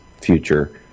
future